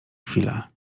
chwila